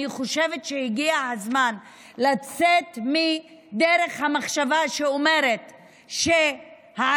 אני חושבת שהגיע הזמן לצאת מדרך המחשבה שאומרת שהערבים,